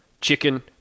chicken